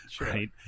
right